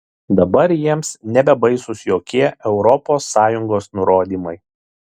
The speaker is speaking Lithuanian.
dabar jiems nebebaisūs jokie europos sąjungos nurodymai